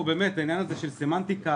העניין הזה של סמנטיקה,